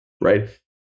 right